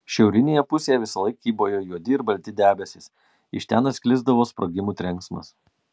šiaurinėje pusėje visąlaik kybojo juodi ir balti debesys iš ten atsklisdavo sprogimų trenksmas